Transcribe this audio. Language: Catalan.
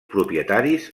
propietaris